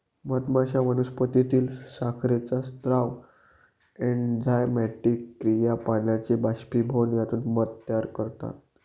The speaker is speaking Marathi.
मधमाश्या वनस्पतीतील साखरेचा स्राव, एन्झाइमॅटिक क्रिया, पाण्याचे बाष्पीभवन यातून मध तयार करतात